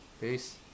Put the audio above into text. peace